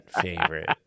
favorite